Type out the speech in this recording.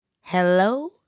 Hello